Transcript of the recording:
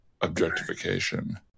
objectification